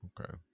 Okay